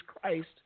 Christ